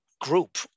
group